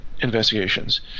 investigations